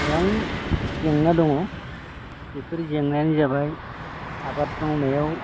गोबां जेंना दङ बेफोर जेंनायानो जाबाय आबाद मावनायाव